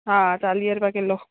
हा चालीह रुपया किलो